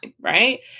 right